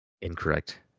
Incorrect